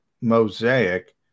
mosaic